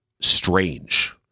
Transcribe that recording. strange